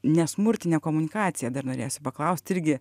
nesmurtinę komunikaciją dar norėsiu paklausti irgi